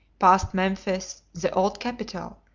past memphis, the old capital,